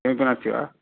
किमपि अस्ति वा